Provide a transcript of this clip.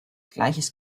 gleiches